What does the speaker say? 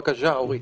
בבקשה, אורית,